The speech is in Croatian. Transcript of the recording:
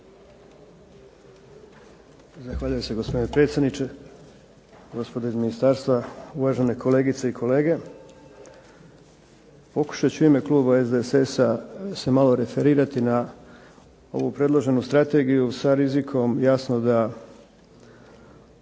Zahvaljujem se gospodine predsjedniče, gospodo iz ministarstva, uvažene kolegice i kolege. Pokušat ću u ime kluba SDSS-a se malo referirati na ovu predloženu sa rizikom jasno da,